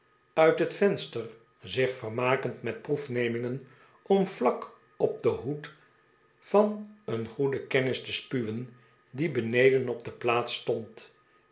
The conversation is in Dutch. uit het venster zich vermakend met proememingen om vlak op den hoed van een goeden kennis te spuwen die beneden op de plaats stond